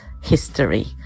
history